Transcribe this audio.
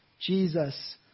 Jesus